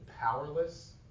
powerless